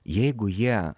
jeigu jie